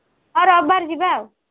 ହଁ ରବିବାରେ ଯିବା ଆଉ